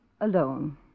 alone